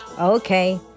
Okay